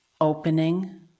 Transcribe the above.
opening